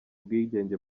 ubwigenge